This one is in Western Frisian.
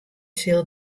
sil